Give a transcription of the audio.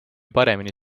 paremini